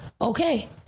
Okay